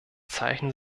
zeichnen